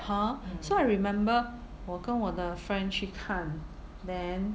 hor so I remember 我跟我的 friend 去看 then